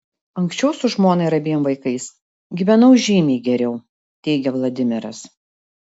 anksčiau su žmona ir abiem vaikais gyvenau žymiai geriau teigia vladimiras